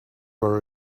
were